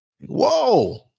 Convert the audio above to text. Whoa